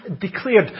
declared